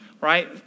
right